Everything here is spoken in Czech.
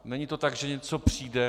Není to tak, že něco přijde.